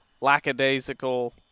lackadaisical